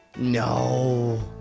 no!